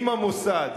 עם המוסד,